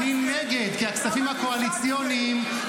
כמה קיצצתם?